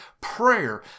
prayer